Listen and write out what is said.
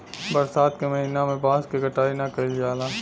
बरसात के महिना में बांस क कटाई ना कइल जाला